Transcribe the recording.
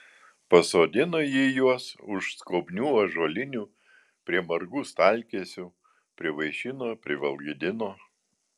pasodino ji juos už skobnių ąžuolinių prie margų staltiesių privaišino privalgydino